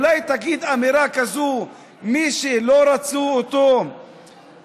אולי תגיד אמירה כזאת: מי שלא רצו אותו כרמטכ"ל,